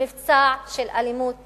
למבצע של אלימות משטרתית.